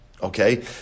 Okay